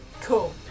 Cool